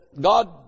God